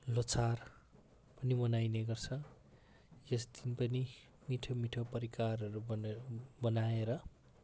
ल्होसार पनि मनाइने गर्छ यस दिन पनि मिठो मिठो परिकारहरू बने बनाएर